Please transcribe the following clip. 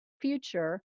future